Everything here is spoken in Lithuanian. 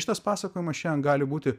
šitas pasakojimas šiandien gali būti